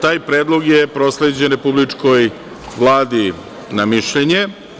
Taj predlog je prosleđen Republičkoj vladi na mišljenje.